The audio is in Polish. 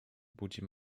budzi